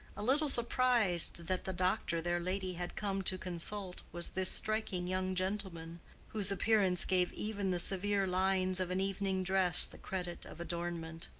a little surprised that the doctor their lady had come to consult was this striking young gentleman whose appearance gave even the severe lines of an evening dress the credit of adornment.